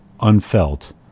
unfelt